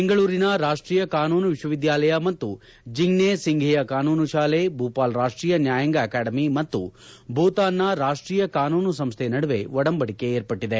ಬೆಂಗಳೂರಿನ ರಾಷ್ಟೀಯ ಕಾನೂನು ವಿಶ್ವವಿದ್ಯಾಲಯ ಮತ್ತು ಜಿಗ್ನೆ ಸಿಂಫೆಯ ಕಾನೂನು ಶಾಲೆ ಭೂಪಾಲ್ ರಾಷ್ಟೀಯ ನ್ಯಾಯಾಂಗ ಅಕಾಡೆಮಿ ಮತ್ತು ಭೂತಾನ್ನ ರಾಷ್ಟೀಯ ಕಾನೂನು ಸಂಸ್ಥೆ ನಡುವೆ ಒಡಂಬಡಿಕೆ ಏರ್ಪಟ್ಟದೆ